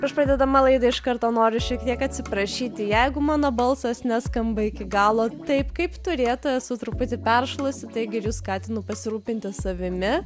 prieš pradėdama laidą iš karto noriu šiek tiek atsiprašyti jeigu mano balsas neskamba iki galo taip kaip turėtų esu truputį peršalusi tai galiu skatinu pasirūpinti savimi